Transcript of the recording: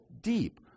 deep